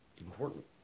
important